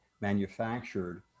manufactured